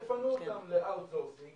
זה פנוי גם למיקור חוץ.